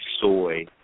soy